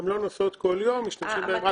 והן לא נוסעות כל יום אלא משתמשים בהן רק בסופי שבוע.